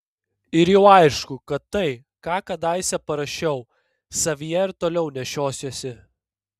ir jau aišku kad tai ką kadaise parašiau savyje ir toliau nešiosiuosi